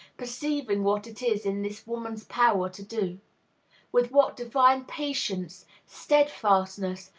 perceiving what it is in this woman's power to do with what divine patience, steadfastness,